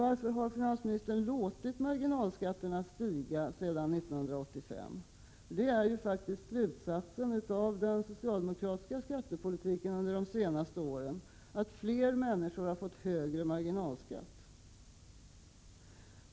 Varför har finansministern låtit marginalskatterna stiga sedan 1985? Resultatet av den socialdemokratiska skattepolitiken under de senaste åren är faktiskt att fler människor fått högre marginalskatt.